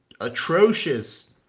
atrocious